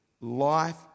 life